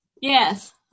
Yes